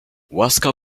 łaska